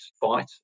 fight